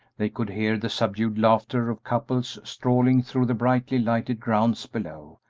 they could hear the subdued laughter of couples strolling through the brightly lighted grounds below,